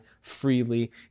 freely